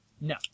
No